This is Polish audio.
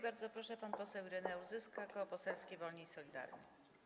Bardzo proszę, pan poseł Ireneusz Zyska, Koło Poselskie Wolni i Solidarni.